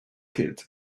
kid